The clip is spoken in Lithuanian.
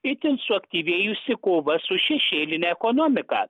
itin suaktyvėjusi kova su šešėline ekonomika